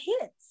hits